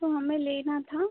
तो हमें लेना था